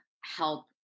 help